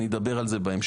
אני אדבר על זה בהמשך.